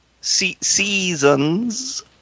Seasons